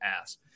ass